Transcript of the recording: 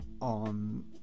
on